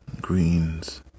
greens